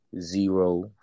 zero